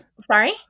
Sorry